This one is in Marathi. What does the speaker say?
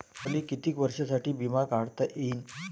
मले कितीक वर्षासाठी बिमा काढता येईन?